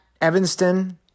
Evanston